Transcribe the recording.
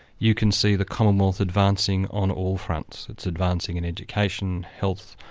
you can see the commonwealth advancing on all fronts. it's advancing in education, health,